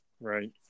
Right